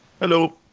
Hello